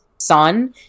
son